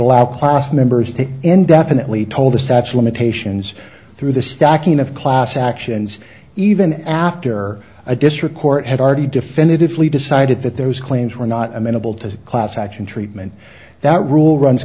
allow class members and definitely told to such limitations through the stacking of class actions even after a district court had already definitively decided that those claims were not amenable to a class action treatment that rule runs